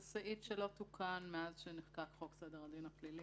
זה סעיף שלא תוקן מאז שנחקק חוק סדר הדין הפלילי.